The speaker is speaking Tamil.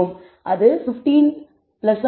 அது 15 அல்லது 2 டைம்ஸ் 0